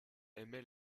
aimait